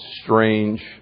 strange